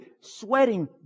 sweating